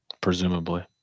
presumably